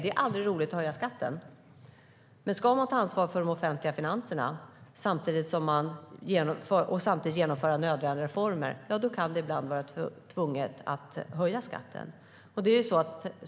Det är aldrig roligt att höja skatten, men ska vi ta ansvar för de offentliga finanserna och samtidigt genomföra nödvändiga reformer kan det ibland vara nödvändigt att höja skatten.